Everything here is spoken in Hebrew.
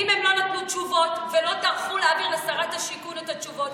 ואם הם לא נתנו תשובות ולא טרחו להעביר לשרת השיכון את התשובות,